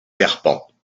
serpents